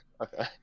Okay